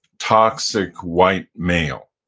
toxic, white male.